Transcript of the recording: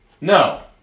No